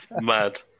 Mad